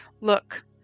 Look